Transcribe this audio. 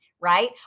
right